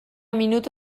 minutu